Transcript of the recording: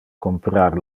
comprar